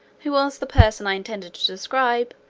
who was the person i intended to describe,